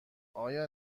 آیا